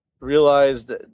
realized